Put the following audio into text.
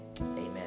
Amen